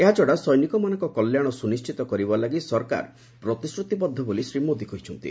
ଏହାଛଡ଼ା ସୈନିକମାନଙ୍କ କଲ୍ୟାଣ ସୁନିଶ୍ଚିତ କରିବା ଲାଗି ସରକାର ପ୍ରତିଶ୍ରତିବଦ୍ଧ ବୋଲି ଶ୍ରୀ ମୋଦି କହିଚ୍ଛନ୍ତି